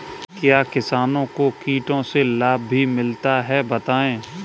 क्या किसानों को कीटों से लाभ भी मिलता है बताएँ?